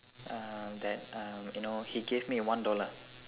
uh that uh you know he gave me one dollar